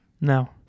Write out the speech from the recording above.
No